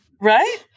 Right